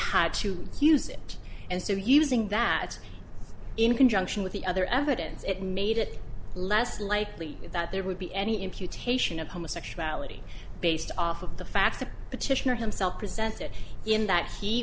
had to use it and so using that in conjunction with the other evidence it made it less likely that there would be any imputation of homosexuality based off of the facts the petitioner himself presented in that he